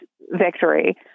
victory